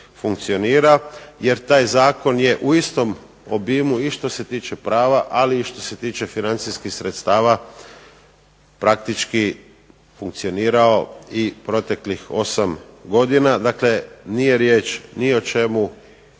funkcionira jer taj zakon je u istom obimu i što se tiče prava, ali i što se tiče financijskih sredstava praktički funkcionirao i proteklih 8 godina. Dakle, nije riječ ni o čemu